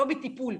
לא בטיפול,